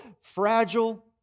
fragile